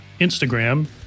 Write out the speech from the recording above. Instagram